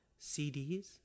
cds